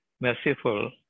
merciful